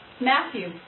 Matthew